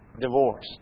divorce